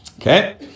Okay